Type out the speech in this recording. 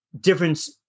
difference